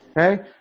Okay